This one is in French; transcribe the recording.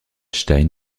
stein